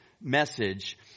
message